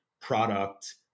product